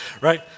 right